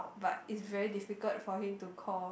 but it's very difficult for him to call